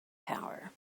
power